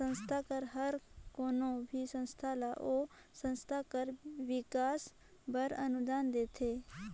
सरकार हर कोनो भी संस्था ल ओ संस्था कर बिकास बर अनुदान देथे